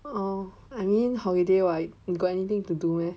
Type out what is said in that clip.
um I mean holiday [what] you got anything to do meh